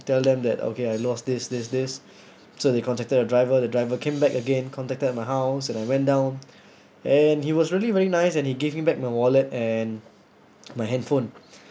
tell them that okay I lost this this this so they contacted the driver the driver came back again contacted my house and I went down and he was really very nice and you give me back my wallet and my handphone